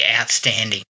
outstanding